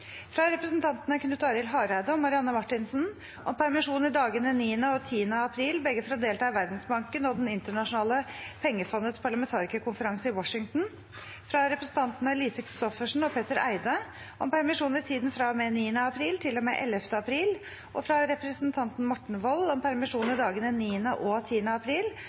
fra representantene Knut Arild Hareide og Marianne Marthinsen om permisjon i dagene 9. og 10. april – begge for å delta i Verdensbanken og Det internasjonale pengefondets parlamentarikerkonferanse i Washington fra representantene Lise Christoffersen og Petter Eide om permisjon i tiden fra og med 9. april til og med 11. april og fra representanten Morten Wold om permisjon i dagene 9. og 10. april